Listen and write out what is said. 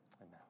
Amen